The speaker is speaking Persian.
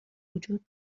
وجود